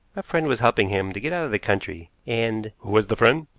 a friend was helping him to get out of the country, and who was the friend?